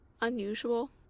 unusual